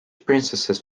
princesses